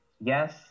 Yes